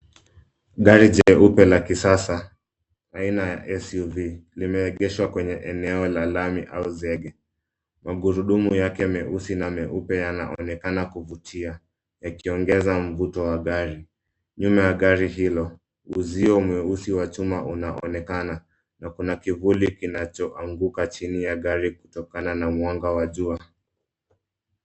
Gari jeupe la kisasa aina ya SUV limeegeshwa kwenye eneo la lami au zege. Magurudumu yake meusi na meupe yanaonekana kuvutia yakiongeza mvuto wa gari. Nyuma ya gari hilo uzio mweusi wa chuma unaonekana na kuna kivuli kinachoanguka chini ya gari kutokana na mwanga wa jua.